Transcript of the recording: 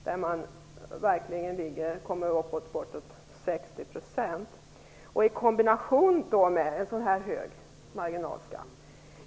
Där kommer man upp i en skatt på ca 60 %.